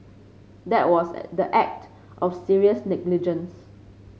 that was the act of serious negligence